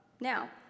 Now